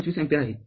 २५ ampere आहे